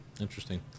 Interesting